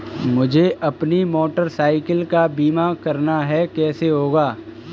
मुझे अपनी motorcycle का बीमा करना है कैसे होगा?